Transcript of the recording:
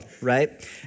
right